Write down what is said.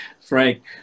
Frank